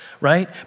right